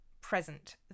present